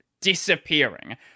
disappearing